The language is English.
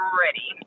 ready